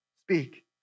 speak